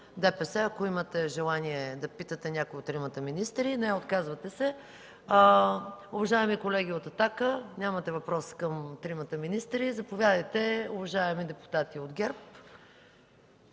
ДПС, ако имате желание да питате някои от тримата министри. Не, отказвате се. Уважаеми колеги от „Атака”, нямате въпрос към тримата министри. Заповядайте, уважаеми депутати от ГЕРБ.